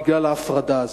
בגלל ההפרדה הזאת.